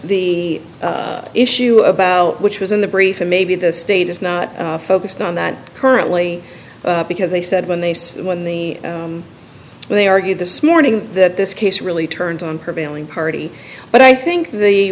the issue about which was in the brief and maybe the state is not focused on that currently because they said when they say when the well they argued this morning that this case really turned on her bailing party but i think the